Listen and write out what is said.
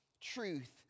truth